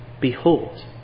behold